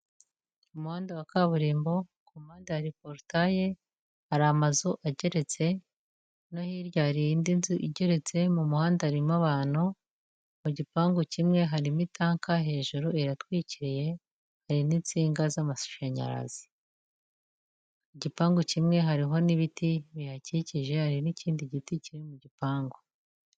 Umuhanda wa kaburimbo ku mpande hari porutaye hari amazu ageretse no hirya hari indi nzu igeretse, mu muhanda harimo abantu, mu gipangu kimwe harimo itanka hejuru iratwikiriye hari n'insinga z'amashanyarazi, igipangu kimwe hari n'ibiti bihakikije hari n'ikindi giti kiri mu gipangu.